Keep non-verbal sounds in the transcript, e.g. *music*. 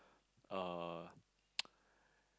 uh *noise*